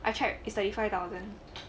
I check is thirty five thousand